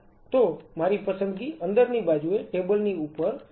તો મારી પસંદગી અંદરની બાજુએ ટેબલ ની ઉપર નાનું ઓટોક્લેવ રહે તેવી હશે